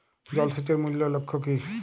জল সেচের মূল লক্ষ্য কী?